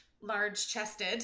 large-chested